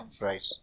right